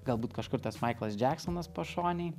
galbūt kažkur tas maiklas džeksonas pašonėj